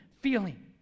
feeling